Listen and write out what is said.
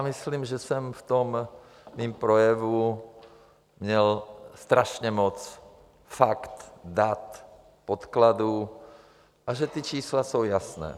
Myslím, že jsem v tom mém projevu měl strašně moc faktů, dat, podkladů a že ta čísla jsou jasná.